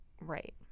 right